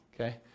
Okay